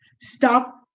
Stop